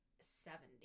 Seventy